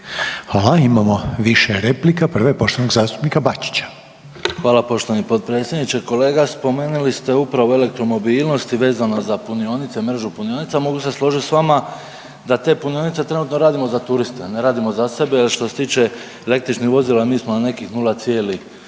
Hvala. Imamo više replika, prva je poštovanog zastupnika Bačića. **Bačić, Ante (HDZ)** Hvala poštovani potpredsjedniče. Kolega, spomenuli ste upravo elektromobilnosti vezano za punionice, mrežu punioca, mogu se složiti s vama da te punionice trenutno radimo za turiste, ne radimo za sebe jer, što se tiče električnih vozila, mi smo na nekih 0,040.